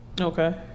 Okay